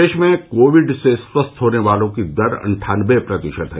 प्रदेश में कोविड से स्वस्थ होने वालों की दर अटठानबे प्रतिशत है